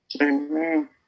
Amen